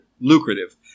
lucrative